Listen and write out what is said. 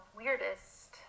weirdest